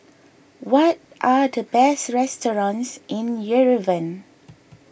what are the best restaurants in Yerevan